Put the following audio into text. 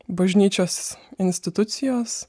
bažnyčios institucijos